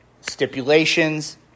stipulations